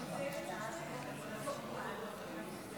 אושרה בקריאה הטרומית ותעבור לוועדת החוקה,